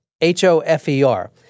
H-O-F-E-R